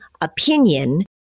opinion